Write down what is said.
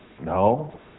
No